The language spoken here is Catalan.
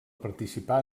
participar